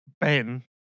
Ben